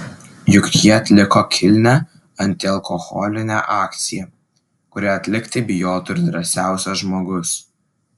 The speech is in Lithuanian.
juk jie atliko kilnią antialkoholinę akciją kurią atlikti bijotų ir drąsiausias žmogus